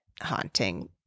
haunting